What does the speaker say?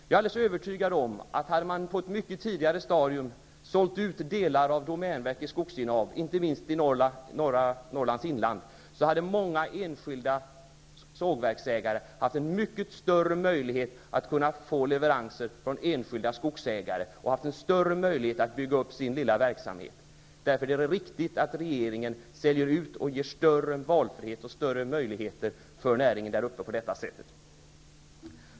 Jag är alldeles övertygad om, att om man på ett mycket tidigare stadium hade sålt ut delar av domänverkets skogsinnehav, inte minst i norra Norrlands inland, hade många enskilda sågverksägare haft en mycket större möjlighet att kunna få leveranser från enskilda skogsägare och haft en större möjlighet att bygga upp sin lilla verksamhet. Därför är det riktigt att regeringen säljer ut och på detta sätt ger större valfrihet och större möjligheter för näringen där uppe.